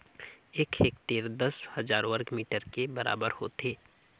एक हेक्टेयर दस हजार वर्ग मीटर के बराबर होथे